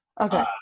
okay